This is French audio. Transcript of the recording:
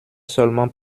seulement